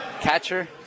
catcher